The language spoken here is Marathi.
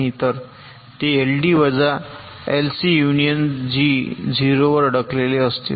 तर ते एलडी वजा एलसी युनियन जी 0 वर अडकलेले असतील